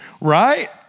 right